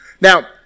Now